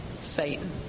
Satan